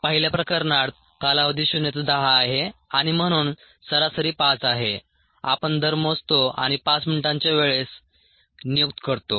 पहिल्या प्रकरणात कालावधी 0 ते 10 आहे आणि म्हणून सरासरी 5 आहे आपण दर मोजतो आणि 5 मिनिटांच्या वेळेस नियुक्त करतो